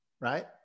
right